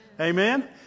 Amen